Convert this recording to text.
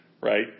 right